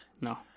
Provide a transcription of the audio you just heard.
No